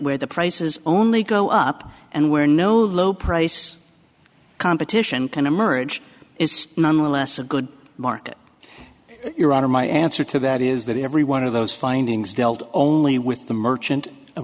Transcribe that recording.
where the prices only go up and where no low price competition can emerge is nonetheless a good market your honor my answer to that is that every one of those findings dealt only with the merchant a